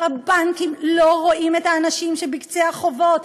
הבנקים לא רואים את האנשים שבקצה החובות,